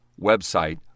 website